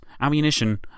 ammunition